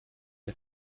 der